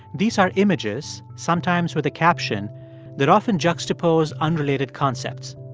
these are images sometimes with a caption that often juxtapose unrelated concepts,